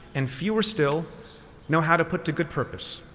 and fewer still know how to put to good purpose.